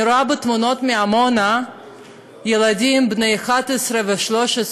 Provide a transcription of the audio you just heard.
אני רואה תמונות מעמונה של ילדים בני 11 ו-13,